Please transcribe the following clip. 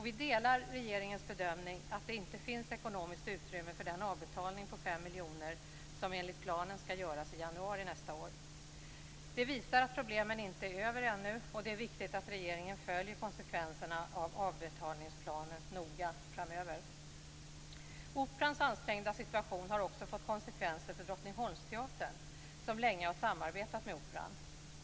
Vi delar regeringens bedömning att det inte finns ekonomiskt utrymme för den avbetalning på 5 miljoner som enligt planen skall göras i januari nästa år. Det visar att problemen inte är över ännu, och det är viktigt att regeringen följer konsekvenserna av avbetalningsplanen noga framöver. Operans ansträngda situation har också fått konsekvenser för Drottningholmsteatern, som länge samarbetat med Operan.